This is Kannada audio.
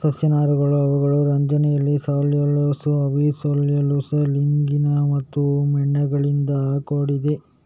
ಸಸ್ಯ ನಾರುಗಳು ಅವುಗಳ ರಚನೆಯಲ್ಲಿ ಸೆಲ್ಯುಲೋಸ್, ಹೆಮಿ ಸೆಲ್ಯುಲೋಸ್, ಲಿಗ್ನಿನ್ ಮತ್ತು ಮೇಣಗಳಿಂದ ಕೂಡಿದೆ